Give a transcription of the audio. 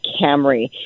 Camry